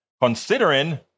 Considering